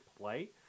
play